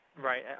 right